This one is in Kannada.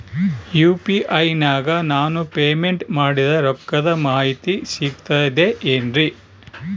ಯು.ಪಿ.ಐ ನಾಗ ನಾನು ಪೇಮೆಂಟ್ ಮಾಡಿದ ರೊಕ್ಕದ ಮಾಹಿತಿ ಸಿಕ್ತದೆ ಏನ್ರಿ?